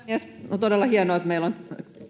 on todella hienoa että meillä on